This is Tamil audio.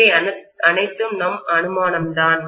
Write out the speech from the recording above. இவை அனைத்தும் நம் அனுமானம்தான்